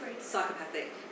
psychopathic